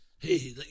hey